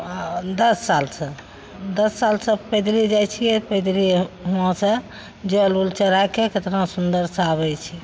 आओर दस सालसँ दस सालसँ पैदले जाइ छियै पैदले वहाँसँ जल उल चढ़ाइके केतना सुन्दरसँ आबय छियै